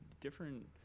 different